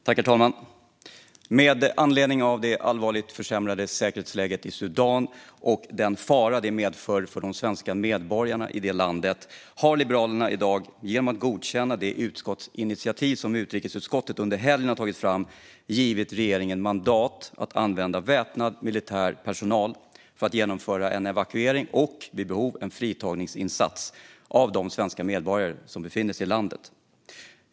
Herr talman! Med anledning av det allvarliga och försämrade säkerhetsläget i Sudan och den fara det medför för de svenska medborgarna i landet har Liberalerna i dag, genom att godkänna det utskottsinitiativ som utrikesutskottet har tagit fram under helgen, givit regeringen mandat att använda väpnad militär personal för att genomföra en evakuering och vid behov en fritagningsinsats av de svenska medborgare som befinner sig i landet.